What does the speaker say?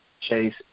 Chase